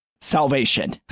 salvation